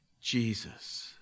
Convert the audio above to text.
Jesus